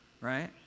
Right